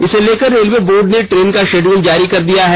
इसे लेकर railway board ने ट्रेन का शेड्यूल जारी कर दिया है